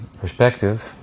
perspective